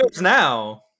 now